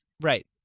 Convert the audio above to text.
Right